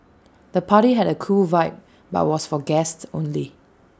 the party had A cool vibe but was for guests only